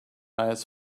eyes